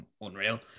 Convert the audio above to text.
Unreal